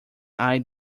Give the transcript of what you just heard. eye